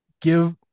give